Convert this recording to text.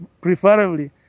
preferably